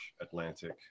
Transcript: Atlantic